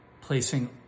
placing